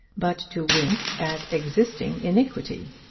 but to wink at existing iniquity!